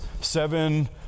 seven